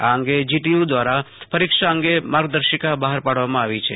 આ અંગે જીટીયુ દ્વારા પરીક્ષા અંગે માર્ગદર્શિકા બહા રપાડવામાં આવી છે